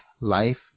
life